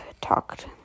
talked